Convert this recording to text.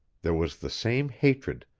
there was the same hatred,